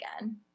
again